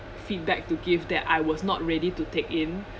feedback to give that I was not ready to take in